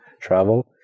travel